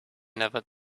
never